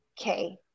okay